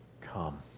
come